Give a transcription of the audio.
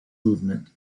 movement